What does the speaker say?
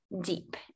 deep